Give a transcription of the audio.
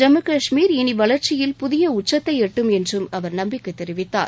ஜம்மு காஷ்மீர் இனி வளர்ச்சயில் புதிய உச்சத்தை எட்டும் என்று அவர் நம்பிக்கை தெரிவித்தார்